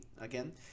again